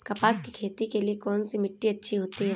कपास की खेती के लिए कौन सी मिट्टी अच्छी होती है?